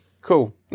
Cool